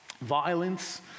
violence